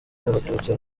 abatutsi